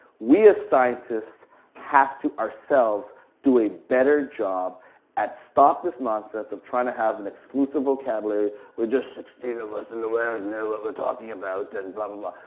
we as scientists have to ourselves do a better job at stop this nonsense of trying to have an exclusive vocabulary where just sixteen of us in the world know what we're talking about and blah, blah, blah.